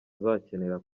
azakenera